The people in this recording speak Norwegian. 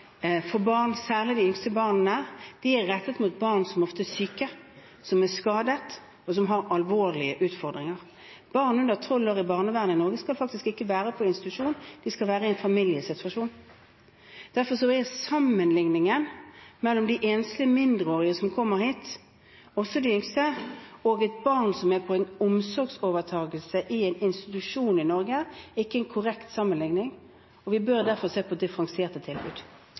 for barn, og særlig de yngste barna, er rettet mot barn som ofte er syke, som er skadet, og som har alvorlige utfordringer. Barn under 12 år i barnevernet i Norge skal faktisk ikke være på institusjon. De skal være i en familiesituasjon. Derfor er sammenligningen mellom de enslige mindreårige som kommer hit, også de yngste, og et barn som er på en omsorgsovertakelse i en institusjon i Norge, ikke en korrekt sammenligning. Vi bør derfor se på differensierte tilbud.